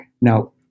Now